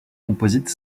composites